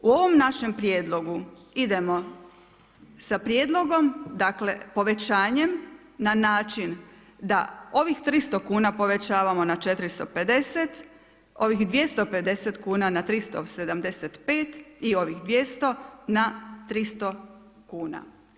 U ovom našem prijedlogu idemo sa prijedlogom povećanjem na način da ovih 300 kuna povećavamo na 450, ovih 250 na 375 i ovih 200 na 300 kuna.